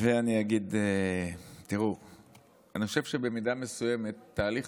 אני חושב שבמידה מסוימת תהליך